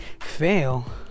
Fail